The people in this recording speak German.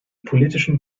politischen